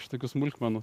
iš tokių smulkmenų